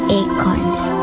acorns